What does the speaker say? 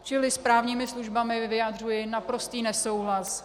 Čili s právními službami vyjadřuji naprostý nesouhlas.